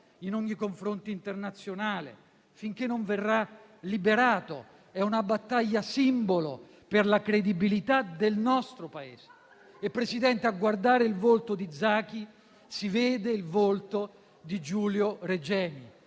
in ogni confronto internazionale, finché non verrà liberato. È una battaglia simbolo per la credibilità del nostro Paese. Signor Presidente, a guardare il volto di Zaki si vede il volto di Giulio Regeni,